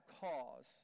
cause